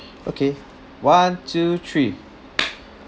okay one two three